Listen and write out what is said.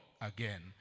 again